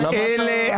אלה